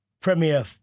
Premier